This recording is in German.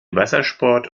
wassersport